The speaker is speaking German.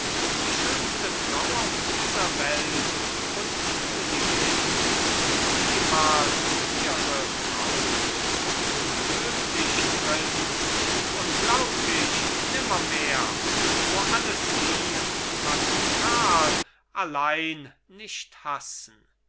die schönste frau auf dieser welt und königin und ehmals ihre braut unmöglich prinz unglaublich nimmermehr wo alles liebt kann karl allein nicht hassen